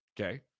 Okay